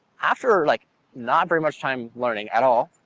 after like not very much time learning at all,